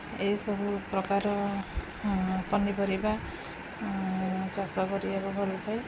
ଏଇସବୁ ପ୍ରକାର ପନିପରିବା ଚାଷ କରିବାକୁ ଭଲପାଏ